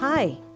Hi